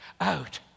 out